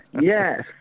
Yes